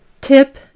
Tip